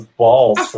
balls